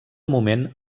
moment